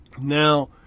Now